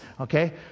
okay